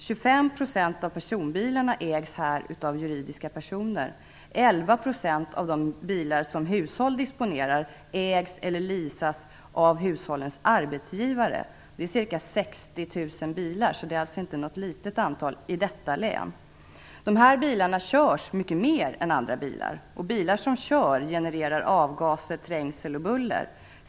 25 % av personbilarna ägs här av juridiska personer. 11 % av de bilar som hushåll disponerar ägs eller leasas av hushållens arbetsgivare. Det är ca 60 000 bilar. Det alltså inte något litet antal i detta län. Dessa bilar körs mycket mer än andra bilar. Bilar som kör genererar avgaser, trängsel och buller.